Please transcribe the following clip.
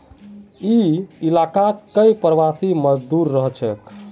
ई इलाकात कई प्रवासी मजदूर रहछेक